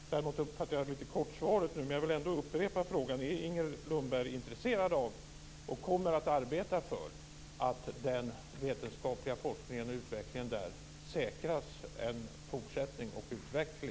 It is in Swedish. Däremot uppfattade jag lite kort i svaret nu. Jag vill ändå upprepa frågan: Är Inger Lundberg intresserad av, och kommer hon att arbeta för, att den vetenskapliga forskningen och utvecklingen där säkras i fortsättningen?